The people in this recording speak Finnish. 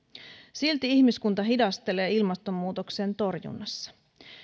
silti ihmiskunta hidastelee ilmastonmuutoksen torjunnassa